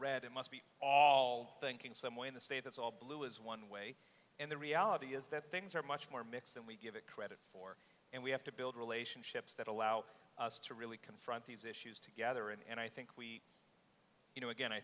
red it must be thinking somewhere in the state that's all blue is one way and the reality is that things are much more mixed than we give it credit for and we have to build relationships that allow us to really confront these issues together and i think we you know again i